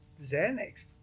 Xanax